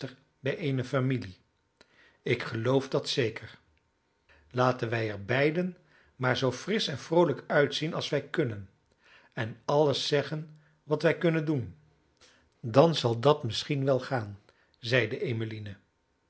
bij eene familie ik geloof dat zeker laten wij er beiden maar zoo frisch en vroolijk uitzien als wij kunnen en alles zeggen wat wij kunnen doen dan zal dat misschien wel gaan zeide